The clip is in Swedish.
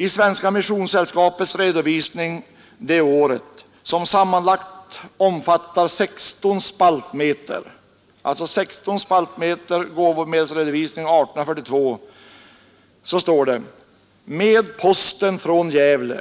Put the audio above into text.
I Svenska missionssällskapets redovisning av gåvomedel det året, som sammanlagt omfattar 16 spaltmeter, står följande att läsa: ”Med posten från Gefle: